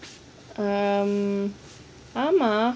um ஆமா:aaama